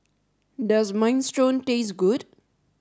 does minestrone taste good